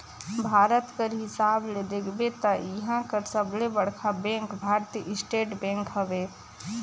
भारत कर हिसाब ले देखबे ता इहां कर सबले बड़खा बेंक भारतीय स्टेट बेंक हवे